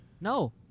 No